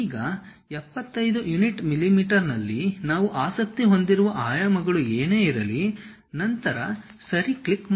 ಈಗ 75 unit mm ನಲ್ಲಿ ನಾವು ಆಸಕ್ತಿ ಹೊಂದಿರುವ ಆಯಾಮಗಳು ಏನೇ ಇರಲಿ ನಂತರ ಸರಿ ಕ್ಲಿಕ್ ಮಾಡಿ